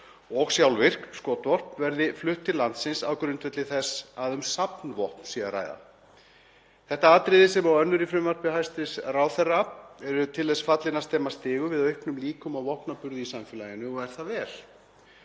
og sjálfvirk skotvopn verði flutt til landsins á grundvelli þess að um safnvopn sé að ræða. Þetta atriði sem og önnur í frumvarpi hæstv. ráðherra eru til þess fallin að stemma stigu við auknum líkum á vopnaburði í samfélaginu og er það vel.